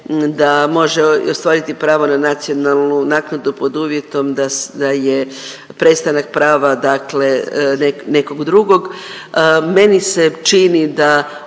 da može ostvariti pravo na nacionalnu naknadu pod uvjetom da je prestanak prava, dakle nekog drugog.